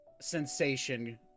Sensation